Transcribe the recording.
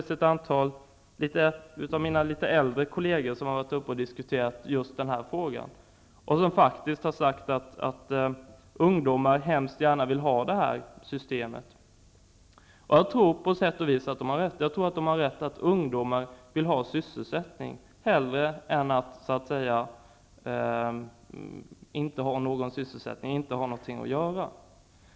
Ett antal av mina litet äldre kolleger har varit uppe och diskuterat just den här frågan. De har faktiskt sagt att ungdomar väldigt gärna vill ha det här systemet. Jag tror att de på sätt och vis har rätt. Det är riktigt att ungdomar vill ha sysselsättning hellre än att inte ha någonting att göra.